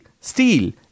steel